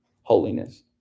holiness